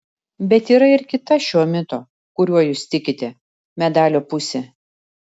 bet yra ir kita šio mito kuriuo jūs tikite medalio pusė